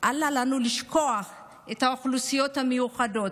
אל לנו לשכוח את האוכלוסיות המיוחדות,